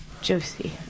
Josie